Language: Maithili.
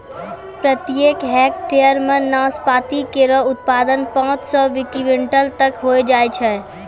प्रत्येक हेक्टेयर म नाशपाती केरो उत्पादन पांच सौ क्विंटल तक होय जाय छै